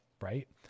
right